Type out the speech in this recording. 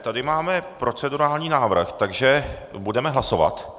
Tady máme procedurální návrh, takže budeme hlasovat.